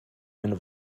eine